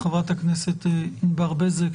חברת הכנסת ענבר בזק.